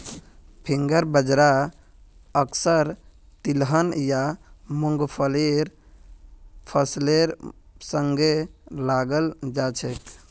finger बाजरा अक्सर तिलहन या मुंगफलीर फसलेर संगे लगाल जाछेक